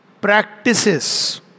practices